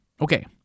Okay